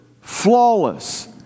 flawless